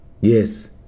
Yes